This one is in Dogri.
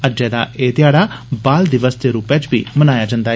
अज्जै दा एह् ध्याड़ा बाल दिवस दे रूप च बी मनाया जंदा ऐ